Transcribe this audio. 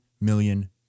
million